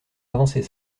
avancer